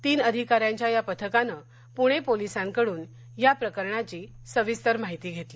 तीन अधिकाऱ्यांच्या या पथकानं पुणे पोलिसांकडून या प्रकरणाची सविस्तर माहिती घेतली